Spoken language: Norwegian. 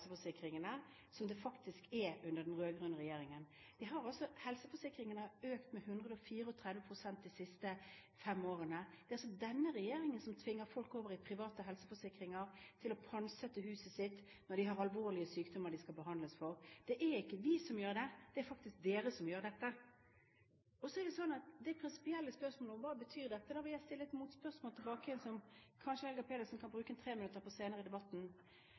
helseforsikringene som det faktisk er under den rød-grønne regjeringen. Helseforsikringene har økt med 134 pst. de siste fem årene. Det er denne regjeringen som tvinger folk over i private helseforsikringer, til å pantsette huset sitt når de har alvorlige sykdommer de skal behandles for. Det er ikke vi som gjør det, det er denne regjeringen som gjør dette. Til det prinsipielle spørsmålet om hva dette betyr, vil jeg stille et motspørsmål som Helga Pedersen kanskje kan bruke en treminutter på senere i debatten.